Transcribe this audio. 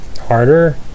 harder